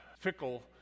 fickle